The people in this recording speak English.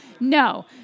No